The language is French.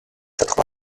quatre